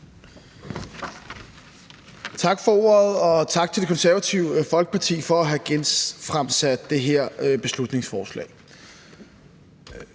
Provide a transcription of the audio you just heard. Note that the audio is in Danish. Tak for ordet, og tak til Det Konservative Folkeparti for at have genfremsat det her beslutningsforslag.